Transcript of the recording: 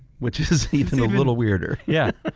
which is even a little weirder. yeah,